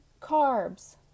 carbs